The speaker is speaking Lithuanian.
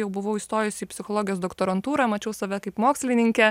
jau buvau įstojus į psichologijos doktorantūrą mačiau save kaip mokslininkę